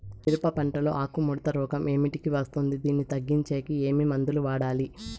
మిరప పంట లో ఆకు ముడత రోగం ఏమిటికి వస్తుంది, దీన్ని తగ్గించేకి ఏమి మందులు వాడాలి?